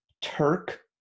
Turk